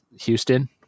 Houston